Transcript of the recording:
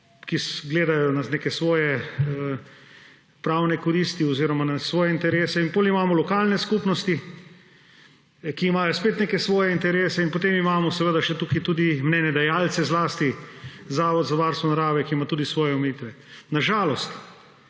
ki gledajo na neke svoje pravne koristi oziroma na svoje interese, in potem imamo lokalne skupnosti, ki imajo spet neke svoje interese, in potem imamo seveda tukaj še mnenjedajalce, zlasti Zavod za varstvo narave, ki ima tudi svoje omejitve. Na žalost